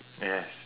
yes